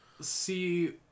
see